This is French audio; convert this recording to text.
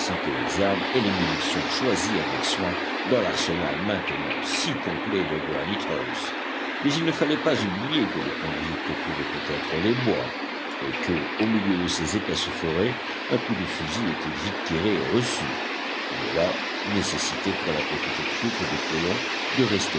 que les armes et les munitions choisies avec soin dans l'arsenal maintenant si complet de granite house mais il ne fallait pas oublier que les convicts couraient peut-être les bois et que au milieu de ces épaisses forêts un coup de fusil était vite tiré et reçu de là nécessité pour la petite troupe des colons de rester